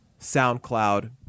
SoundCloud